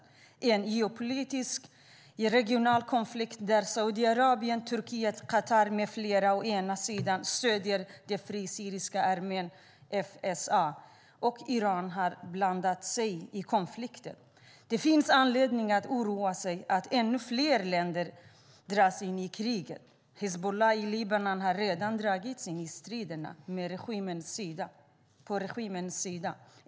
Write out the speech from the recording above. Det är en geopolitisk, regional konflikt där Saudiarabien, Turkiet, Qatar med flera stöder den fria syriska armén FSA, och även Iran har blandat sig i konflikten. Det finns anledning att oroa sig för att ännu fler länder dras in i kriget. Hizbullah i Libanon har redan dragits in i striderna på regimens sida.